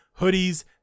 hoodies